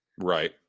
Right